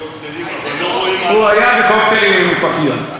הוא היה בקוקטיילים, הוא היה בקוקטיילים עם פפיון.